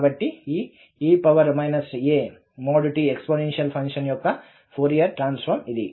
కాబట్టి ఈ e a|t| exponential function యొక్క ఫోరియర్ ట్రాన్సఫార్మ్ ఇది